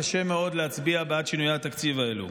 קשה מאוד להצביע בעד שינויי התקציב האלו.